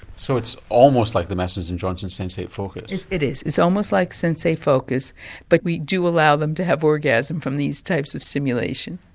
so it's almost like the masters and johnson sensate focus. it is. it's almost like sensate focus but we do allow them to have orgasm from these types of stimulation.